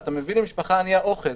אתה מביא למשפחה ענייה אוכל.